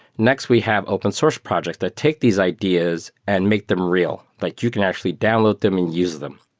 next we have open source projects that take these ideas and make them real. like you can actually download them and use them,